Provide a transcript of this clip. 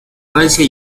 francia